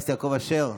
אשר,